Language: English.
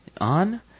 on